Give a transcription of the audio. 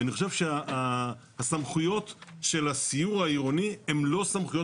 אני חושב שהסמכויות של הסיור העירוני הן לא סמכויות